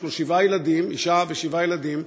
יש לו שבעה ילדים, אישה ושבעה ילדים.